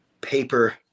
paper